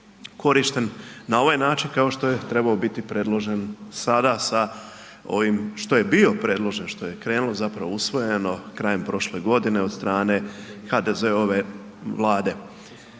na ovaj način kao što je trebao biti predložen sada sa ovim što je bio predložen, što je usvojeno krajem prošle godine od strane HDZ-ove vlade.